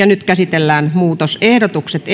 nyt käsitellään muutosehdotukset